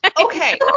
Okay